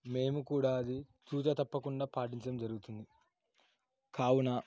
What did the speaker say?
మేము కూడా అది తూచా తప్పకుండా పాటించడం జరుగుతుంది కావున